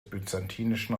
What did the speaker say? byzantinischen